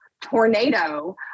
tornado